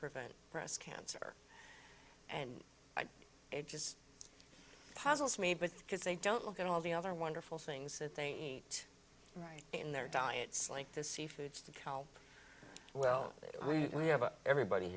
prevent breast cancer and ice ages puzzles me but because they don't look at all the other wonderful things that they eat right in their diets like the sea foods to cow well we have a everybody